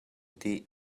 dih